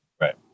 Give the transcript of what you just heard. Right